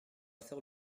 faire